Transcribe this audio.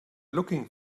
looking